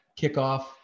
kickoff